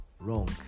wrong